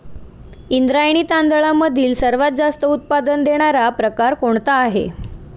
इंद्रायणी तांदळामधील सर्वात जास्त उत्पादन देणारा प्रकार कोणता आहे?